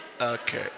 Okay